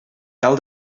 cal